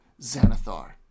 Xanathar